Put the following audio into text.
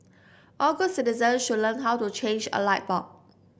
all good citizen should learn how to change a light bulb